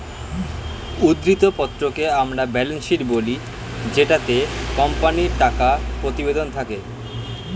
উদ্ধৃত্ত পত্রকে আমরা ব্যালেন্স শীট বলি জেটাতে কোম্পানির টাকা প্রতিবেদন থাকে